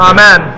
Amen